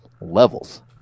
levels